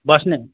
बस्ने